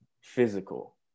physical